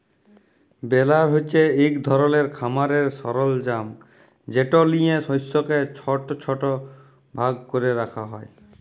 বেলার হছে ইক ধরলের খামারের সরলজাম যেট লিঁয়ে শস্যকে ছট ছট ভাগ ক্যরে রাখা হ্যয়